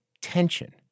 tension